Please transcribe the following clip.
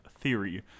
theory